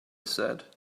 said